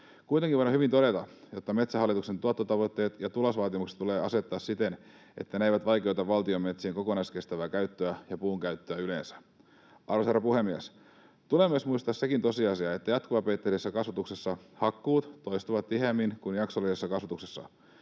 Kuitenkin voidaan hyvin todeta, että Metsähallituksen tuottotavoitteet ja tulosvaatimukset tulee asettaa siten, että ne eivät vaikeuta valtion metsien kokonaiskestävää käyttöä ja puunkäyttöä yleensä. Arvoisa herra puhemies! Tulee myös muistaa sekin tosiasia, että jatkuvapeitteisessä kasvatuksessa hakkuut toistuvat tiheämmin kuin jaksollisessa kasvatuksessa.